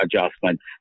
adjustments